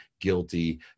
guilty